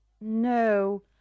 No